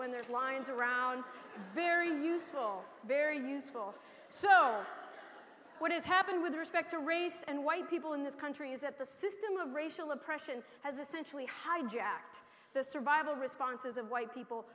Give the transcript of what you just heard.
when there's lions around very useful very useful so what has happened with respect to race and why people in this country is that the system of racial oppression has essentially hijacked the survival responses of white people